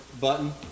button